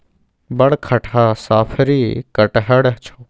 बड़ खटहा साफरी कटहड़ छौ